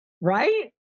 Right